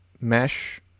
mesh